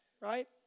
right